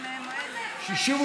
התשע"ח 2017, לא נתקבלה.